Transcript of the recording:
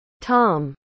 tom